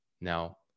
now